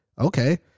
Okay